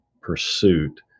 pursuit